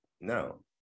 no